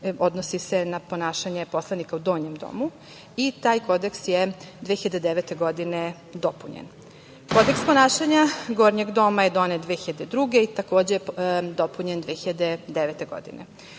Odnosi se na ponašanje poslanika u Donjem domu i taj kodeks je 2009. godine dopunjen. Kodeks ponašanja Gornjeg doma je donet 2002. godine i takođe je dopunjen 2009. godine.